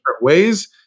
ways